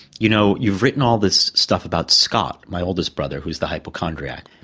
you know, you've written all this stuff about scott my eldest brother who's the hypochondriac,